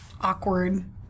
awkward